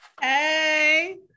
Hey